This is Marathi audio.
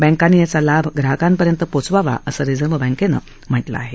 बँकांनी याचा लाभ ग्राहकांपर्यंत पोचवावा असं रिझर्व्ह बँकेनं म्हटलं आहे